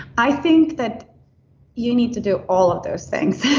i think that you need to do all of those things.